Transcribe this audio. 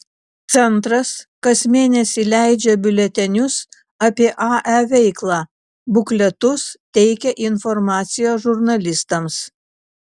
centras kas mėnesį leidžia biuletenius apie ae veiklą bukletus teikia informaciją žurnalistams